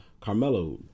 Carmelo